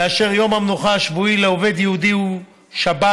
כאשר יום המנוחה השבועי לעובד יהודי הוא שבת